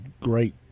great